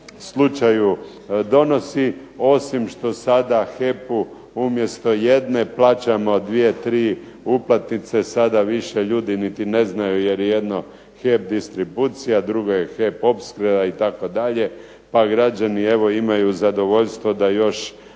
slučaju donosi, osim što sada HEP-u umjesto jedne plaćamo dvije, tri uplatnice, sada više ljudi niti ne znaju jer jedno HEP distribucija, drugo je HEP opskrba itd., pa građani evo imaju zadovoljstvo da još